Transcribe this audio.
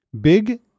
Big